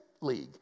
league